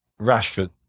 rashford